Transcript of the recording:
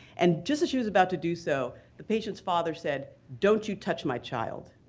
and just as she was about to do so the patient's father said, don't you touch my child.